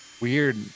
weird